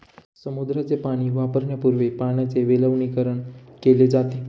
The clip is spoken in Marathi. समुद्राचे पाणी वापरण्यापूर्वी पाण्याचे विलवणीकरण केले जाते